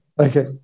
Okay